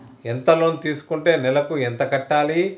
ఎంత లోన్ తీసుకుంటే నెలకు ఎంత కట్టాలి?